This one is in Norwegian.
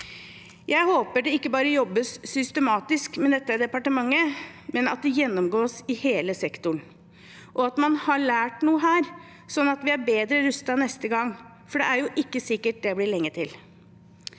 Jeg håper det ikke bare jobbes systematisk med dette i departementet, men at det gjennomgås i hele sektoren, og at man har lært noe her, sånn at vi er bedre rustet neste gang, for det er jo ikke sikkert det blir lenge til.